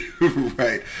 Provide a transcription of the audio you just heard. Right